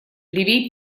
левей